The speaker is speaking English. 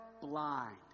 blind